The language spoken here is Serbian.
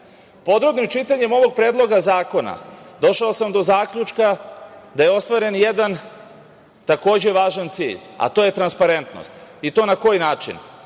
način. Podrobnim čitanjem ovog Predloga zakona došao sam do zaključka da je ostvaren jedan takođe važan cilj, a to je transparentnost i to na koji način?